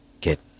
Get